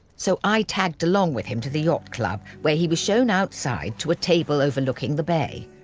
so i tagged along with him to the yacht club, where he was shown outside to a table overlooking the bay.